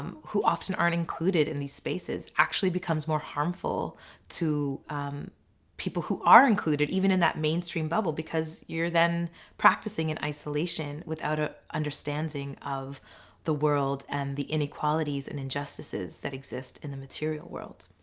um who often aren't included in these spaces actually becomes more harmful to people who are included, even in that mainstream bubble. because you're then practicing in isolation without an ah understanding of the world and the inequalities and injustices that exist in the material world.